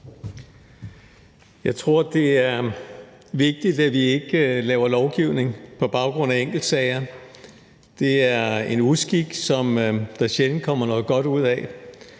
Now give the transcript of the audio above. Jeg tror, det er vigtigt, at vi ikke laver lovgivning på baggrund af enkeltsager. Det er en uskik, som der sjældent kommer noget godt ud af.